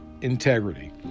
integrity